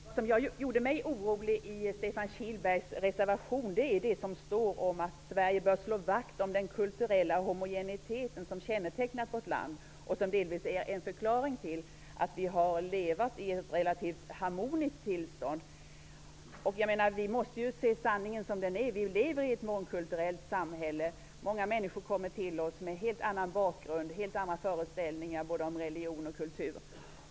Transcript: Herr talman! Det som gjorde mig orolig i Stefan Kihlbergs reservation är det som står om att Sverige bör slå vakt om den kulturella homogeniteten som har kännetecknat vårt land, och som delvis är en förklaring till att vi har levt i ett relativt harmoniskt tillstånd. Vi måste se sanningen som den är: Vi lever i ett mångkulturellt samhälle. Många människor kommer till oss med en helt annan bakgrund och en helt annan föreställning både om religion och kultur.